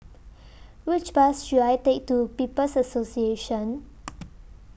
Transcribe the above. Which Bus should I Take to People's Association